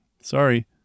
sorry